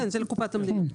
כן, זה לקופת המדינה.